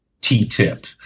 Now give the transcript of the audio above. t-tip